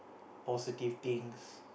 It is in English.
positive things